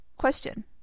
Question